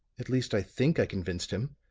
at least i think i convinced him,